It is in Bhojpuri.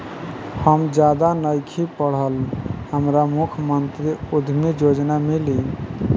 हम ज्यादा नइखिल पढ़ल हमरा मुख्यमंत्री उद्यमी योजना मिली?